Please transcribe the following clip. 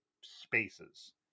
spaces